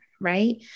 Right